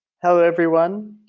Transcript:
hello everyone.